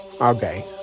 Okay